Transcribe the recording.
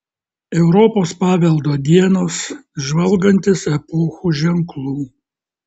europos paveldo dienos žvalgantis epochų ženklų